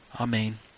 Amen